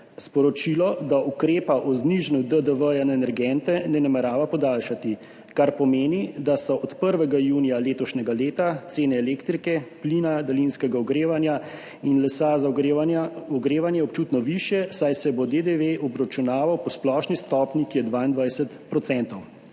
sporočilo, da ukrepa o znižanju DDV na energente ne namerava podaljšati, kar pomeni, da so od 1. junija letošnjega leta cene elektrike, plina, daljinskega ogrevanja in lesa za ogrevanje, ogrevanje občutno višje, saj se bo DDV obračunaval po splošni stopnji, ki je 22 %.